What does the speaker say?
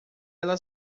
ela